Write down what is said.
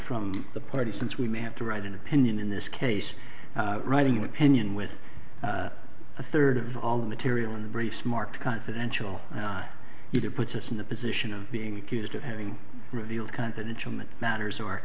from the party since we may have to write an opinion in this case writing an opinion with a third of all the material in the briefs marked confidential and you to put just in the position of being accused of having revealed confidential meant matters or